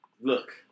Look